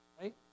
Right